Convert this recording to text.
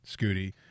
Scooty